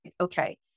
okay